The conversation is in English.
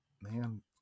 man